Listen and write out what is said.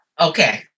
Okay